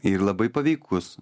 ir labai paveikus